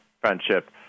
friendship